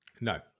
No